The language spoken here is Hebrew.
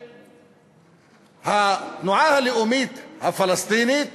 שהתנועה הלאומית הפלסטינית